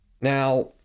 Now